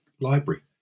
library